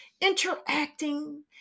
interacting